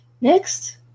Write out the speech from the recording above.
Next